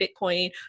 Bitcoin